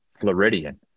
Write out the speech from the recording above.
Floridian